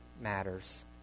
matters